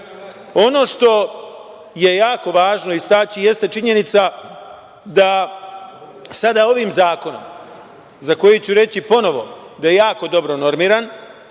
što je jako važno istaći jeste činjenica da sada ovim zakonom, za koji ću reći ponovo da je jako dobro normiran,